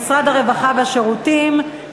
משרד הרווחה (תוכנית לאומית למניעת אובדנות),